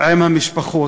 עם המשפחות,